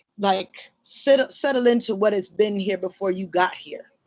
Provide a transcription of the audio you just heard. like settle settle into what has been here before you got here.